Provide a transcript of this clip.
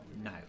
No